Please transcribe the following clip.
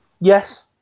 Yes